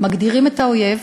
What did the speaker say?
מגדירים את האויב,